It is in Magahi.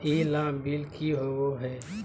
ई लाभ बिल की होबो हैं?